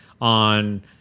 on